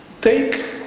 Take